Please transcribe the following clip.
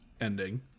ending